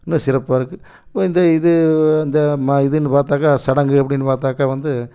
நல்லா சிறப்பாக இருக்கு இப்போ இந்த இது இந்த ம இதுன்னு பார்த்தாக்கா சடங்கு அப்படின்னு பார்த்தாக்கா வந்து